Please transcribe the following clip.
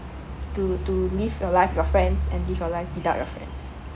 to to live your life your friends and live your life without your friends